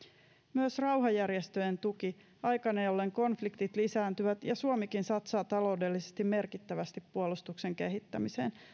myös rauhanjärjestöjen tuki aikana jolloin konfliktit lisääntyvät ja suomikin satsaa taloudellisesti merkittävästi puolustuksen kehittämiseen